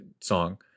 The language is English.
song